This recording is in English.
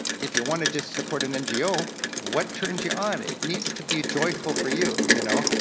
if you wanna just support an ngo, what turns ya on? it needs to be joyful for you, you know?